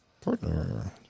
Partner